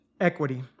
equity